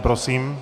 Prosím.